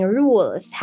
rules